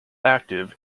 active